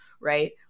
right